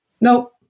Nope